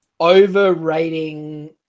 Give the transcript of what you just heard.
overrating